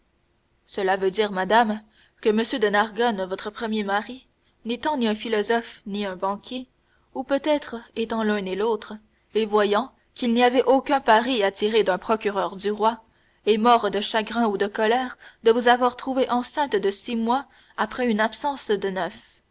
cela veut dire madame que m de nargonne votre premier mari n'étant ni un philosophe ni un banquier ou peut-être étant l'un et l'autre et voyant qu'il n'y avait aucun parti à tirer d'un procureur du roi est mort de chagrin ou de colère de vous avoir trouvée enceinte de six mois après une absence de neuf